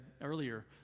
earlier